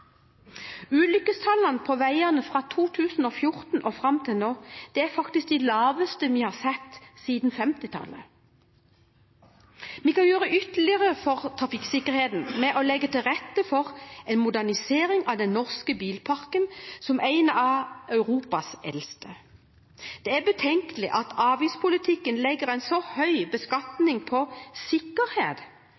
Ulykkestallene på veiene fra 2014 og fram til nå er faktisk de laveste vi har sett siden 1950-tallet. Vi kan gjøre ytterligere for trafikksikkerheten ved å legge til rette for en modernisering av den norske bilparken, som er en av Europas eldste. Det er betenkelig at avgiftspolitikken legger en så høy beskatning på sikkerhet,